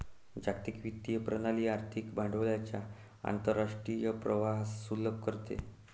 जागतिक वित्तीय प्रणाली आर्थिक भांडवलाच्या आंतरराष्ट्रीय प्रवाहास सुलभ करते